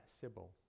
Sybil